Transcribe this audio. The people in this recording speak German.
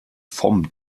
vom